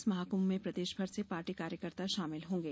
इस महाकुंभ में प्रदेशभर से पार्टी कार्यकर्ता शामिल होंगे